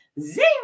zing